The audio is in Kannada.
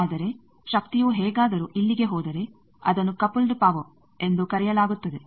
ಆದರೆ ಶಕ್ತಿಯು ಹೇಗಾದರೂ ಇಲ್ಲಿಗೆ ಹೋದರೆ ಅದನ್ನು ಕಪಲ್ಡ್ ಪವರ್ ಎಂದು ಕರೆಯಲಾಗುತ್ತದೆ